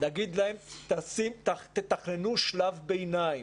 להגיד להם: תתכננו שלב ביניים